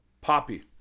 poppy